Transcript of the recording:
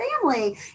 family